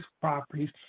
properties